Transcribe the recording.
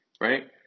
right